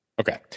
okay